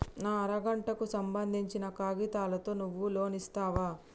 నా అర గంటకు సంబందించిన కాగితాలతో నువ్వు లోన్ ఇస్తవా?